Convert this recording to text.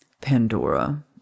Pandora